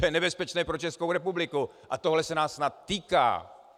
To je nebezpečné pro Českou republiku a tohle se nás snad týká!